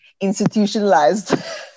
institutionalized